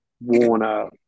Warner